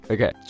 Okay